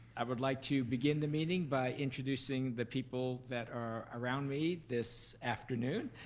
i would like to begin the meeting by introducing the people that are around me this afternoon,